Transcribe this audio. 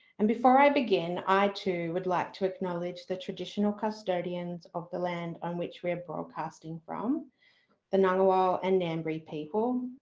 and before i begin i too would like to acknowledge the traditional custodians of the land on which we are broadcasting from the ngunnawal and nambari people.